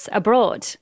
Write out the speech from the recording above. abroad